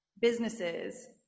businesses